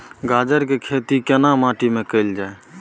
गाजर के खेती केना माटी में कैल जाए?